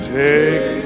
take